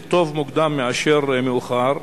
וטוב מוקדם מאשר מאוחר.